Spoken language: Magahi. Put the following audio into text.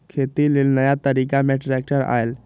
खेती लेल नया तरिका में ट्रैक्टर आयल